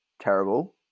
terrible